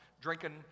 drinking